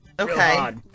Okay